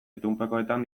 itunpekoetan